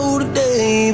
today